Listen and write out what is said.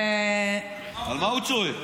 על מה הוא צועק?